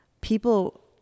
people